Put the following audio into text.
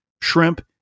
shrimp